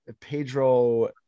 Pedro